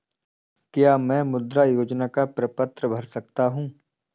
क्या मैं मुद्रा योजना का प्रपत्र भर सकता हूँ?